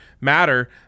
matter